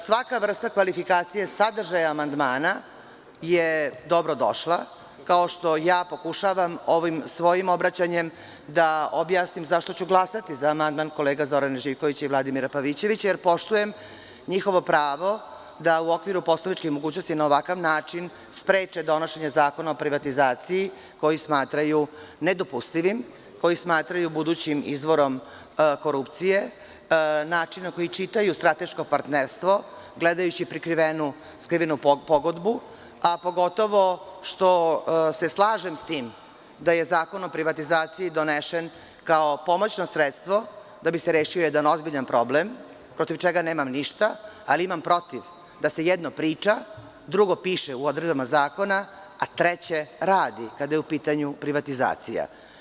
Svaka vrsta kvalifikacije sadržaja amandmana je dobrodošla, kao što ja pokušavam ovim svojim obraćanjem da objasnim zašto ću glasati za amandman kolega Zorana Živkovića i Vladimira Pavićevića, jer poštujem njihovo pravo da u okviru poslovničkih mogućnosti na ovakav način spreče donošenje Zakona o privatizaciji, koji smatraju nedopustivim, koji smatraju budućim izvorom korupcije, način na koji čitaju strateško partnerstvo, gledajući prikrivenu skrivenu pogodbu, a pogotovo što se slažem sa tim da je Zakon o privatizaciji donesen kao pomoćno sredstvo da bi se rešio jedan ozbiljan problem, protiv čega nemam ništa, ali imam protiv da se jedno priča, drugo piše u odredbama zakona, a treće radi, kada je u pitanju privatizacija.